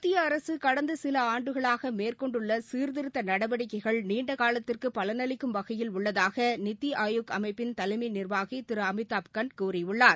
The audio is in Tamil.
மத்திய அரசு கடந்த சில ஆண்டுகளாக மேற்கொண்டுள்ள சீர்திருத்த நடவடிக்கைகள் நீண்ட காலத்திற்கு பலனளிக்கும் வகையில் உள்ளதாக நித்தி ஆயோக் அமைப்பின் தலைமை நிர்வாகி திரு அமிதாப்கண்ட் கூறியுள்ளார்